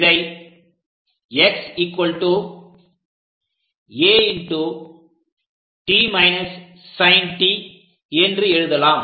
இதை x a என்று எழுதலாம்